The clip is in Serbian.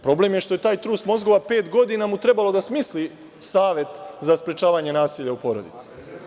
Problem je što je tom trustu mozgova trebalo pet godina da smisli savet za sprečavanje nasilja u porodici.